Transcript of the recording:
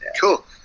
Cool